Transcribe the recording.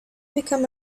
become